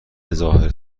بهظاهر